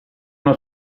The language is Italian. uno